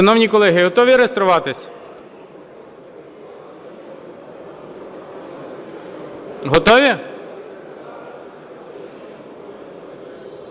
Шановні колеги, готові реєструватись? Готові?